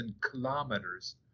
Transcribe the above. kilometers